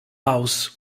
house